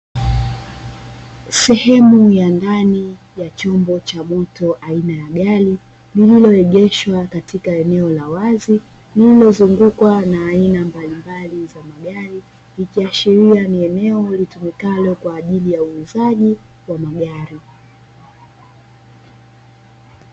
Sehemu ya ndani ya chombo cha moto aina ya gari, liloloegeshwa katika eneo la wazi lililozungukwa na aina mbalimbali za magari. Ikiashiria ni eneo litumikalo kwa ajili ya uuzaji wa magari.